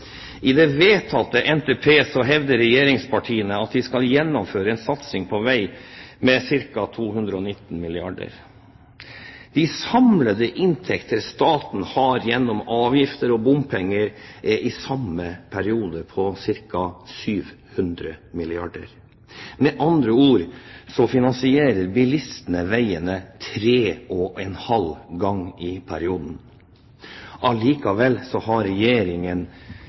I det vedtatte NTP hevder regjeringspartiene at de skal gjennomføre en satsing på vei med ca. 219 milliarder kr. De samlede inntekter staten har gjennom avgifter og bompenger, er i samme periode på ca. 700 milliarder kr. Med andre ord finansierer bilistene veiene tre og en halv gang i perioden. Likevel har Regjeringen